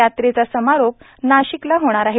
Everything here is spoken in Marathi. यात्रेचा समारोप नाशिकला होणार आहे